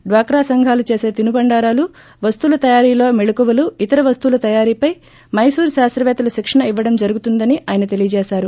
డ్వాకా సంఘాలు చేసే తినుబండారాలు ఇతర వస్తుల తయారీలో మెళుకువలు ఇతర వస్తువుల తయారిపై మైసూర్ శాస్తవేత్తలు శిక్షణ ఇవ్వడం జరుగుతుందని తెలియజేశారు